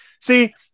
see